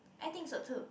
I think so too